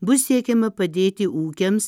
bus siekiama padėti ūkiams